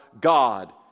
God